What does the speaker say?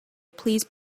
please